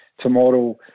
tomorrow